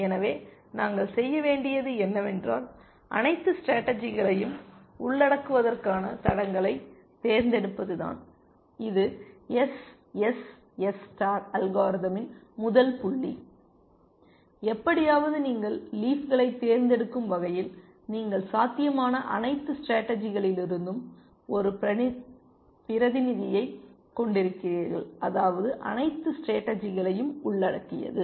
எனவே நாங்கள் செய்ய வேண்டியது என்னவென்றால் அனைத்து ஸ்டேடர்ஜிகளையும் உள்ளடக்குவதற்கான தடங்களைத் தேர்ந்தெடுப்பது தான் இது எஸ்எஸ்எஸ் ஸ்டார் அல்காரிதமின் முதல் புள்ளி எப்படியாவது நீங்கள் லீஃப் களைத் தேர்ந்தெடுக்கும் வகையில் நீங்கள் சாத்தியமான அனைத்து ஸ்டேடர்ஜி களிலிருந்தும் ஒரு பிரதிநிதியை கொண்டிருக்கிறீர்கள் அதாவது அனைத்து ஸ்டேடர்ஜிகளையும் உள்ளடக்கியது